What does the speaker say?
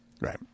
Right